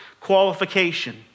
qualification